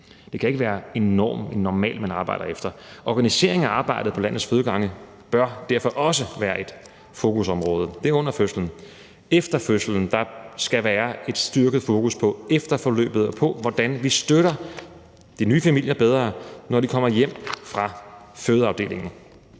Det kan ikke være en norm, man arbejder efter. Organiseringen af arbejdet på landets fødegange bør derfor også være et fokusområde. Det er under fødslen. Efter fødslen skal der være et styrket fokus på efterforløbet og på, hvordan vi støtter de nye familier bedre, når de kommer hjem fra fødeafdelingen.